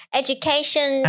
education